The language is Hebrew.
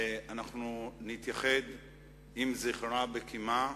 ואנחנו נתייחד עם זכרה בקימה,